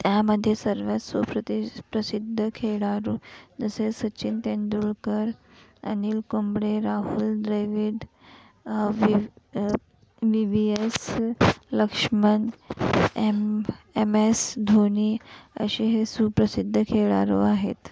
त्यामध्ये सर्वात सुप्रति प्रसिद्ध खेळाडू जसे Sachin Tendulkar Anil Kumble Rahul Dravid V V V S Laxman M M S Dhoni असे हे सुप्रसिद्ध खेळाडू आहेत